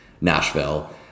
Nashville